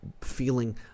feeling